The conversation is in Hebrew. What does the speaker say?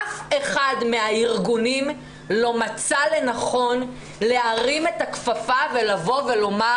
אף אחד מהארגונים לא מצא לנכון להרים את הכפפה ולומר,